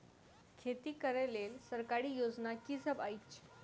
खेती करै लेल सरकारी योजना की सब अछि?